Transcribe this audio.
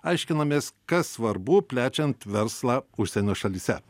aiškinamės kas svarbu plečiant verslą užsienio šalyse